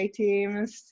teams